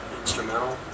instrumental